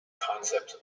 concepts